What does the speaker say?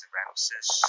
Ramses